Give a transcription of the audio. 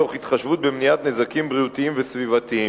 תוך התחשבות במניעת נזקים בריאותיים וסביבתיים.